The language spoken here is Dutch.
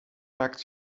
maakt